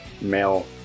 male